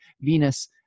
Venus